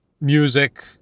music